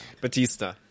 Batista